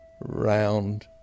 round